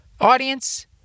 Audience